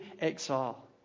exile